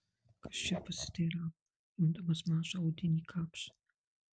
kas čia pasiteiravo imdamas mažą odinį kapšą